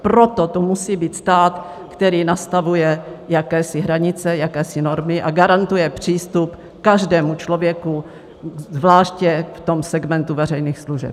Proto tu musí být stát, který nastavuje jakési hranice, jakési normy a garantuje přístup každému člověku, zvláště v segmentu veřejných služeb.